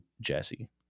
Jesse